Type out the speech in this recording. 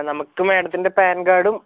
നമുക്ക് മാഡത്തിൻ്റെ പാൻ കാർഡും